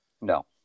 No